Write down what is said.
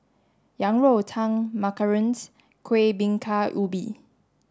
yang rou tang Macarons Kuih Bingka Ubi